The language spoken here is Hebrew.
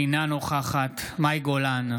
אינה נוכחת מאי גולן,